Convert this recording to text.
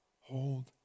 Hold